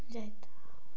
ଯାଇଥାଉ